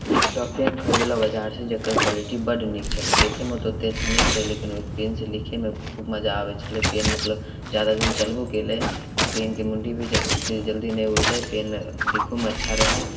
एकटा पेन खरीदलहुँ बजारसँ जकर क्वालिटी बड्ड नीक छलै देखयमे तऽ ओते अच्छा नहि छलै लेकिन ओइ पेनसँ लिखयमे खूब मजा आबय छलै पेन मतलब जादा दिन चलबो कयलै आओर पेनके मुण्डी भी ओते जल्दी नहि उड़लइ पेन देखहोमे अच्छा रहय